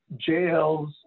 jails